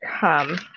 come